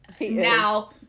now